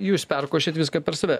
jūs perkošėt viską per save